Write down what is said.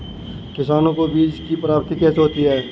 किसानों को बीज की प्राप्ति कैसे होती है?